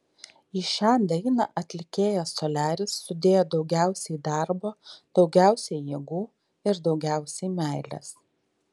į šią dainą atlikėjas soliaris sudėjo daugiausiai darbo daugiausiai jėgų ir daugiausiai meilės